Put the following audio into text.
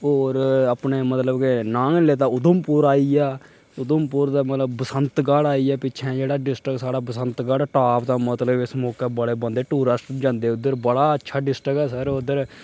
होर अपने मतलब कि नांऽ गै नि लैता उधमपुर आई गेआ उधमपुर दा मतलब बंसतगढ़ आई गेआ पिच्छै जेह्ड़ा डिस्ट्रिक साढ़ा बसंतगढ़ टाप दा मतलब इस मोकै बड़े बंदे ट्ररिस्ट जंदे उद्धर बड़ा अच्छा डिस्ट्रिक ऐ सर ओह् उद्धर